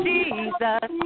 Jesus